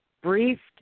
briefed